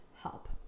help